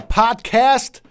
podcast